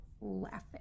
laughing